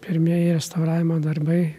pirmieji restauravimo darbai